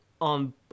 on